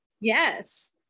yes